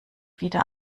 wieder